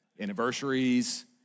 Anniversaries